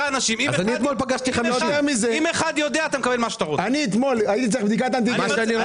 אם אחד יודע מה צריך לעשות,